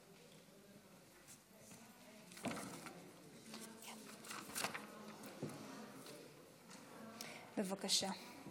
בבקשה.